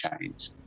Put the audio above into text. change